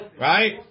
Right